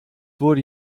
wurde